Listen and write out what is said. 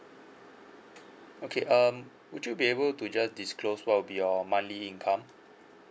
okay um would you be able to just disclose what would be your monthly income